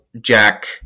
Jack